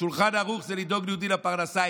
שולחן ערוך, זה לדאוג ליהודי לפרנסה.